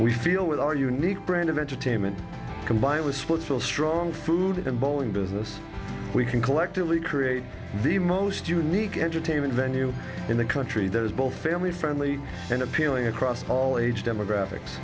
we feel that our unique brand of entertainment combined with sports real strong food and bowling business we can collectively create the most unique entertainment venue in the country there's both family friendly and appealing across all age demographics